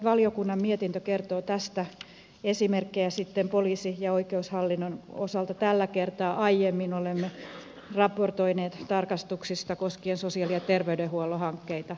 valiokunnan mietintö kertoo tästä esimerkkejä poliisi ja oikeushallinnon osalta tällä kertaa aiemmin olemme raportoineet tarkastuksista koskien sosiaali ja terveydenhuollon hankkeita